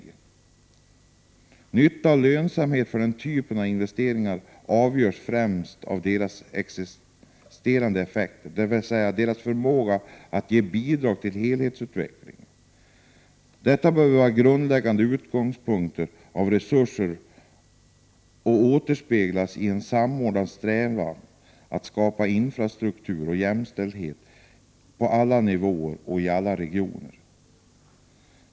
När det gäller nyttan av och lönsamheten med denna typ av investeringar är det främst de externa effekterna som är avgörande — dvs. hur mycket investeringarna kan bidra till helhetsutvecklingen. Detta bör vara en grundläggande utgångspunkt i fråga om resurserna, och det bör återspeglas i en samordnad strävan att skapa en infrastruktur och jämställdhet på alla nivåer och i alla regioner.